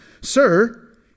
Sir